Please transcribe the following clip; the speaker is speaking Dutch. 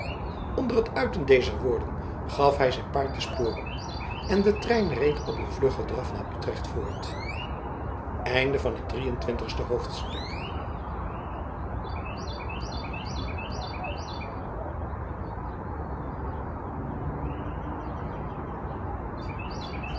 onder het uiten dezer woorden gaf hij zijn paard de sporen en de trein reed op een vluggen draf naar utrecht voort vier-en-twintigste hoofdstuk